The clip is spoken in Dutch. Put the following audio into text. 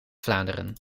vlaanderen